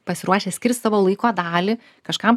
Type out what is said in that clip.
pasiruošę skirt savo laiko dalį kažkam